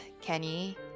Kenny